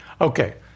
Okay